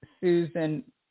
Susan